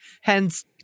Hence